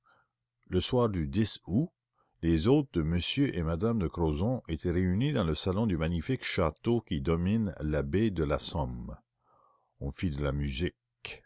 le soir du août les hôtes de m et m me de grozon étaient réunis dans le salon du magnifique château qui domine la baie de somme on fit de la musique